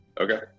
okay